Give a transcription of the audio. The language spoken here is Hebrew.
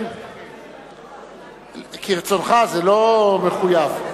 כרצונך, זה לא מחויב.